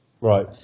Right